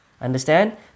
Understand